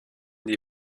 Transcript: die